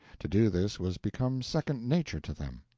to do this was become second nature to them.